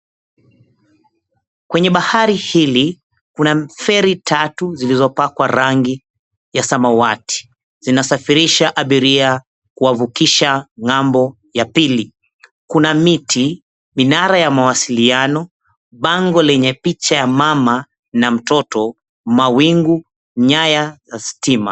Kwenye bahari hili, kuna feri tatu zilizopakwa rangi ya samawati. Zinasafirisha abiria kuwavukisha ng'ambo ya pili. Kuna miti, minara ya mawasiliano, bango lenye picha ya mama na mtoto, mawingu, nyaya za stima.